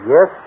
Yes